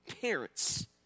parents